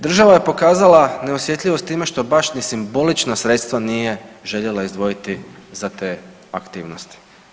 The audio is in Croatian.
Država je pokazala neosjetljivost time što baš ni simbolična sredstva nije željela izdvojiti za te aktivnosti.